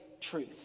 truth